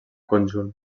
conjunt